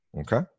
Okay